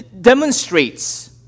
demonstrates